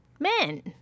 Men